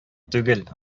түгел